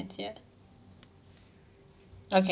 here okay